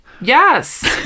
Yes